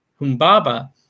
Humbaba